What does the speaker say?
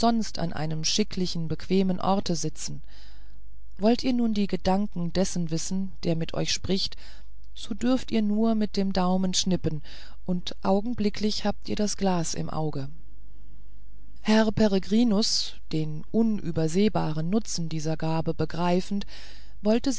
an einem schicklichen bequemen orte sitzen wollt ihr nun die gedanken dessen wissen der mit euch spricht so dürft ihr nur mit dem daumen schnippen und augenblicklich habt ihr das glas im auge herr peregrinus tyß den unübersehbaren nutzen dieser gabe begreifend wollte